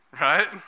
Right